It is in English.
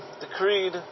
decreed